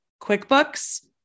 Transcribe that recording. QuickBooks